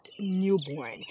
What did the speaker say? newborn